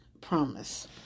promise